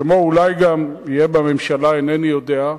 כמוהו אולי יהיה גם בממשלה, אינני יודע,